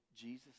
Jesus